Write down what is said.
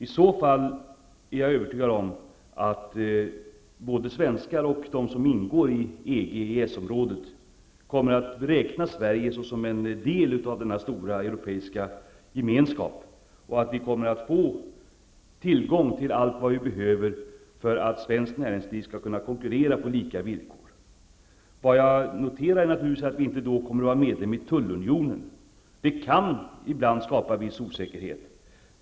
I så fall är jag övertygad om att såväl svenskar som de som ingår i EG och EES-området kommer att räkna Sverige som en del av denna stora europiska gemenskap. Jag tror att vi kommer att få tillgång till allt vi behöver för att svenskt näringsliv skall kunna konkurrera på lika villkor. Jag noterar naturligtvis att vi då inte kommer att vara medlem i tullunionen. Det kan ibland skapa viss osäkerhet.